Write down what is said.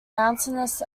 mountainous